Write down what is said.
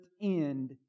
end